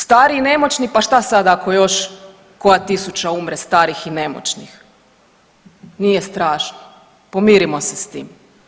Stari i nemoćni pa šta sad ako još koja tisuća umre starih i nemoćnih, nije strašno, pomirimo se s tim.